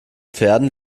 pferden